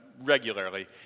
regularly